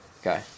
Okay